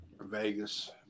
Vegas